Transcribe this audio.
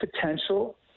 potential